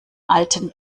alten